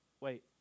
wait